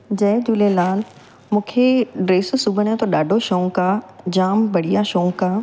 जय झूलेलाल मूंखे ड्रेसूं सिबण जो त ॾाढो शौक़ु आहे जाम बढ़िया शौक़ु आहे